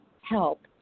help